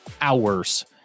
hours